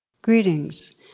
Greetings